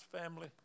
family